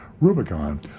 Rubicon